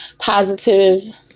positive